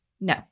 No